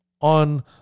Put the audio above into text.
on